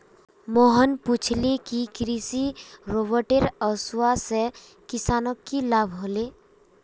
मोहन पूछले कि कृषि रोबोटेर वस्वासे किसानक की लाभ ह ले